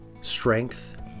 strength